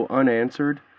unanswered